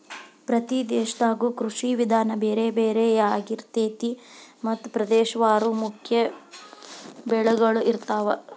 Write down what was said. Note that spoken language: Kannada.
ಪ್ರತಿ ದೇಶದಾಗು ಕೃಷಿ ವಿಧಾನ ಬೇರೆ ಬೇರೆ ಯಾರಿರ್ತೈತಿ ಮತ್ತ ಪ್ರದೇಶವಾರು ಮುಖ್ಯ ಬೆಳಗಳು ಇರ್ತಾವ